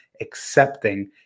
accepting